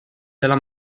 della